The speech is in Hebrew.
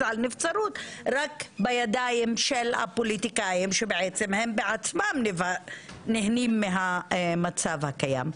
על נבצרות רק בידיים של הפוליטיקאים שהם בעצמם נהנים מהמצב הקיים.